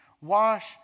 Wash